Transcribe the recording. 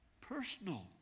personal